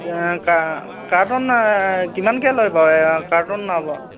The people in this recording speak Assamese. কাৰ্টন কিমানকৈ লয় বাৰু কাৰ্টন